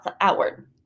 outward